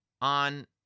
on